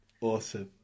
awesome